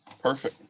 perfect.